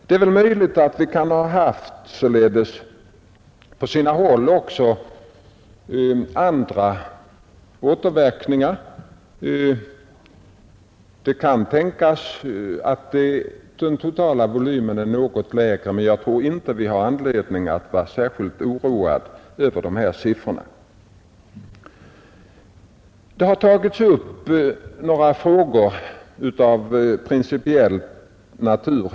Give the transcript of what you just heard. Det är möjligt att det på sina håll har funnits också andra orsaker. Det kan antas att den totala volymen verkligen är något lägre än beräknats, men jag tror inte att vi har anledning att vara särskilt oroade över dessa siffror. Här har tagits upp några frågor av principiell natur.